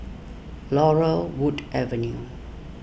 Laurel Wood Avenue